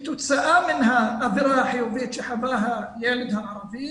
כתוצאה מן האווירה החיובית שחווה הילד הערבי